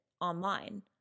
online